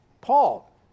Paul